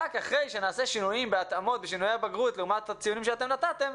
אבל רק אחרי שנעשה שינויים והתאמות בציוני הבגרות שאתם נתתם,